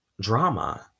drama